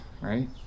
right